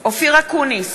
אופיר אקוניס,